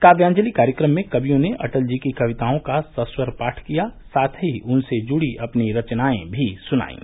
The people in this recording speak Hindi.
काव्याजलि कार्यक्रम में कवियों ने अटल जी की कविताओं का सस्वर पाठ किया साथ ही उनसे जुड़ी अपनी रचनायें भी सुनायीं